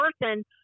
person